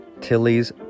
tilly's